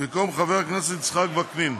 במקום חבר הכנסת יצחק וקנין,